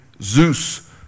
Zeus